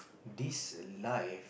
this life